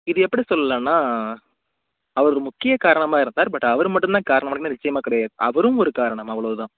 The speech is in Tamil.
இது எப்படி சொல்லான்னா அவர் முக்கிய காரணமாக இருந்தார் பட் அவர் மட்டும் தான் காரணமான்னு கேட்டால் நிச்சியமாக கிடையாது அவரும் ஒரு காரணம் அவ்வளோ தான்